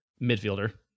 midfielder